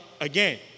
again